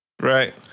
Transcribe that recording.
Right